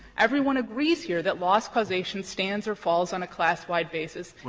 everyone agrees here that loss causation stands or falls on a class-wide basis.